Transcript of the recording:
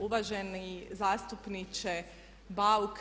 Uvaženi zastupniče Bauk.